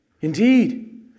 Indeed